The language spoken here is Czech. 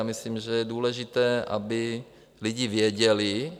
Já myslím, že je důležité, aby lidi věděli.